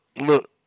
look